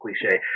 cliche